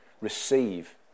receive